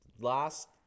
last